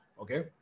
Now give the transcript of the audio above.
Okay